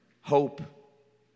hope